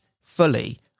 fully